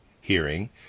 Hearing